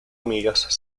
amigas